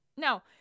No